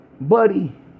buddy